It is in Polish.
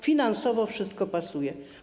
Finansowo wszystko pasuje.